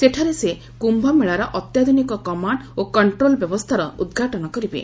ସେଠାରେ ସେ କ୍ୟୁମେଳାର ଅତ୍ୟାଧୁନିକ କମାଣ୍ଡ୍ ଓ କଣ୍ଟ୍ରୋଲ୍ ବ୍ୟବସ୍ଥାର ଉଦ୍ଘାଟନ କରିବେ